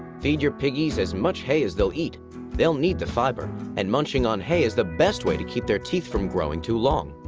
feed your piggies as much hay as they'll eat they need the fiber, and munching on hay is the best way to keep their teeth from growing too long.